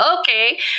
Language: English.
okay